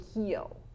heal